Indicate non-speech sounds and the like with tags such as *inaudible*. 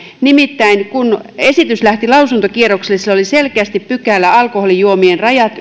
nimittäin kun esitys lähti lausuntokierrokselle siellä oli selkeästi pykälä alkoholijuomien rajat *unintelligible*